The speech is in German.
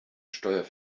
steuer